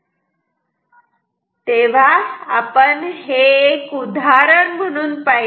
तर हे आपण एक उदाहरण म्हणून पाहिले